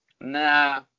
Nah